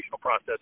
process